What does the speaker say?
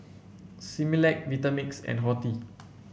Similac Vitamix and Horti